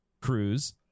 cruise